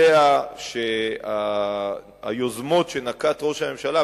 יודע שהיוזמות שנקט ראש הממשלה,